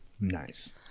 Nice